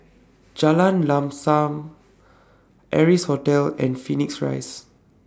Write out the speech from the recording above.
Jalan Lam SAM Amrise Hotel and Phoenix Rise